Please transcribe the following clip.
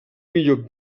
millor